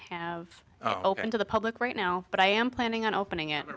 have open to the public right now but i am planning on opening at